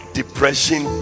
depression